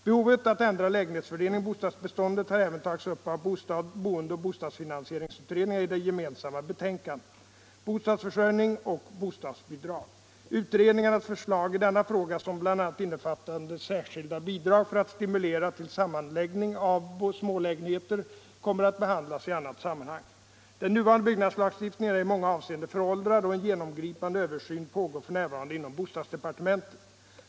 Behovet att ändra lägenhetsfördelningen i bostadsbeståndet har även tagits upp av boendeoch bostadsfinansieringsutredningarna i det gemensamma betänkandet Bostadsförsörjning och bostadsbidrag. Utredningarnas förslag i denna fråga, som bl.a. innefattade särskilda bidrag för att stimulera till sammanläggningen av smålägenheter, kommer att behandlas i annat sammanhang. Den nuvarande byggnadslagstiftningen är i många avseenden föråldrad, och en genomgripande översyn pågår f. n. inom bostadsdepartementet.